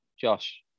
Josh